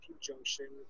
Junction